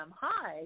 hi